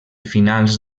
finals